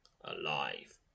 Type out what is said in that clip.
Alive